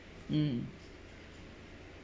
mm